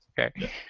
okay